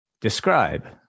describe